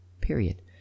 period